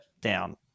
down